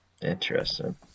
Interesting